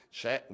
c'è